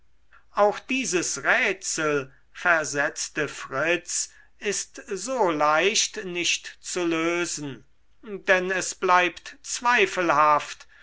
auch dieses rätsel versetzte fritz ist so leicht nicht zu lösen denn es bleibt zweifelhaft